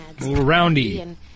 Roundy